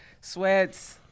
sweats